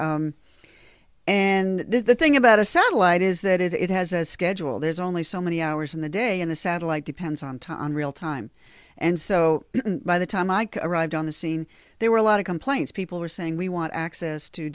and the thing about a satellite is that it has a schedule there's only so many hours in the day and the satellite depends on time on real time and so by the time mike arrived on the scene there were a lot of complaints people were saying we want access to